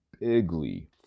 Bigly